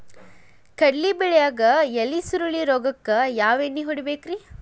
ಕಡ್ಲಿ ಬೆಳಿಯಾಗ ಎಲಿ ಸುರುಳಿ ರೋಗಕ್ಕ ಯಾವ ಎಣ್ಣಿ ಹೊಡಿಬೇಕ್ರೇ?